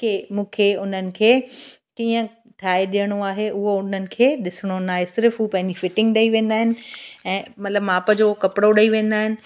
की मूंखे उन्हनि खे कीअं ठाहे ॾियणो आहे उहो उन्हनि खे ॾिसिणो न आहे सिर्फ़ु हू पंहिंजी फिटिंग ॾेई वेंदा आहिनि ऐं मतिलबु माप जो कपिड़ो ॾेई वेंदा आहिनि